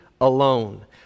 alone